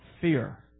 fear